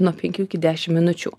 nuo penkių iki dešim minučių